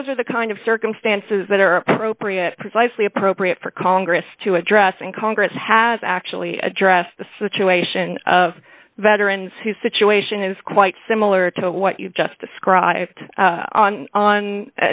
those are the kind of circumstances that are appropriate precisely appropriate for congress to address and congress has actually address the situation of veterans whose situation is quite similar to what you've just described